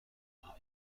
are